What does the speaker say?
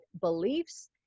beliefs